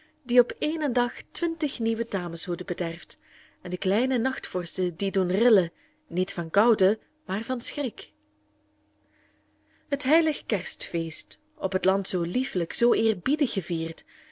die op éénen dag twintig nieuwe dameshoeden bederft en de kleine nachtvorsten die doen rillen niet van koude maar van schrik het heilig kerstfeest op het land zoo liefelijk zoo eerbiedig gevierd